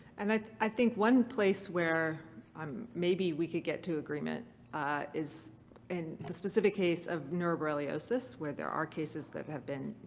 and i think one place where um maybe we could get to agreement is in the specific case of neuroborreliosis where there are cases that have been,